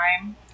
time